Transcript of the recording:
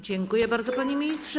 Dziękuję bardzo, panie ministrze.